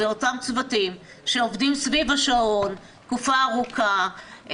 אלה אותם צוותים שעובדים סביב השעון תקופה ארוכה,